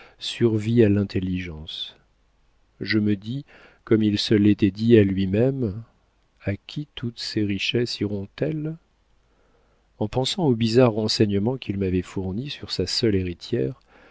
survit à l'intelligence je me dis comme il se l'était dit à lui-même a qui toutes ces richesses iront elles en pensant au bizarre renseignement qu'il m'avait fourni sur sa seule héritière